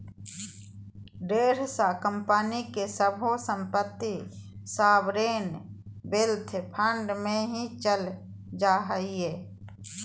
ढेर सा कम्पनी के सभे सम्पत्ति सॉवरेन वेल्थ फंड मे ही चल जा हय